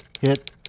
hit